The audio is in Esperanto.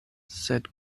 sed